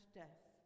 death